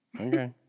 Okay